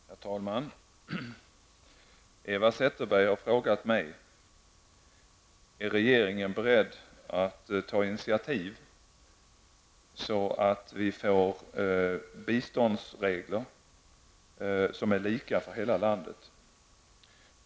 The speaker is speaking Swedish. Herr talman! Eva Zetterberg har frågat mig: 1. Är regeringen beredd att ta initiativ så vi får biståndsregler som är lika för hela landet? 2.